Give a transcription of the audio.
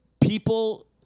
people